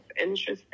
interesting